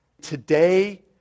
today